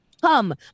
Come